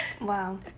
Wow